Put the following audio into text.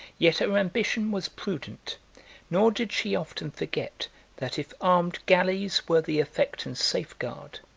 yet her ambition was prudent nor did she often forget that if armed galleys were the effect and safeguard,